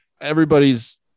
everybody's